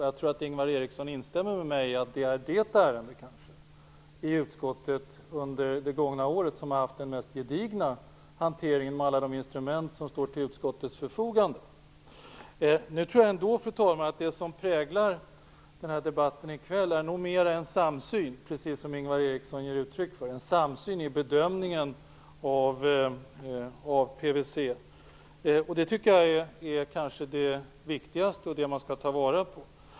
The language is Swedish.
Jag tror att Ingvar Eriksson instämmer med mig om att det kanske är det ärendet i utskottet som under det gångna året har blivit mest gediget hanterad med alla de instrument som står till utskottets förfogande. Fru talman! Det som präglar den här debatten i kväll är nog mera en samsyn, precis som Ingvar Eriksson ger uttryck för, i bedömningen av PVC. Det tycker jag nog är det viktigaste och det man skall ta vara på.